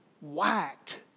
whacked